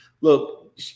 Look